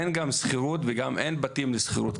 אין שכירות וגם אין בתים לשכירות,